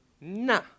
Nah